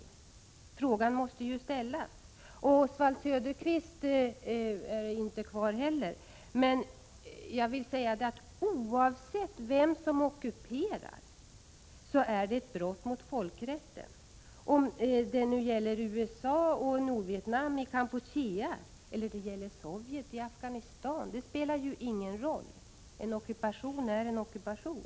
Den frågan måste ställas. Inte heller Oswald Södeqvist är kvar här i kammaren. Men oavsett vem som ockuperar handlar det om brott mot folkrätten. Om det gäller USA och Nordvietnam i Kampuchea eller om det gäller Sovjet i Afghanistan spelar ju ingen roll. En ockupation är en ockupation!